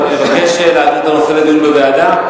אתה מבקש להעביר את הנושא לדיון בוועדה,